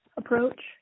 approach